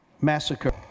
massacre